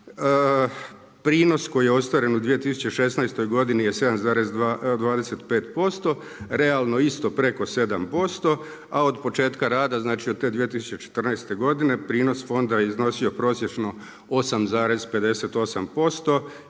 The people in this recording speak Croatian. Prinos koji je ostvaren u 2016. godini je 7,25% realno isto preko 7%, a od početka rada, znači od te 2014. godine prinos fonda je iznosio prosječno 8,58%